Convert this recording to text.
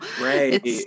right